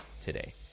today